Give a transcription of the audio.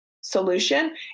solution